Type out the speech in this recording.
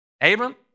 Abram